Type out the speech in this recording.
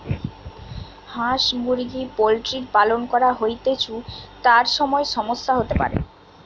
হাঁস মুরগি পোল্ট্রির পালন করা হৈতেছু, তার সময় সমস্যা হতে পারে